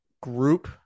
group